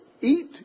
eat